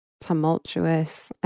tumultuous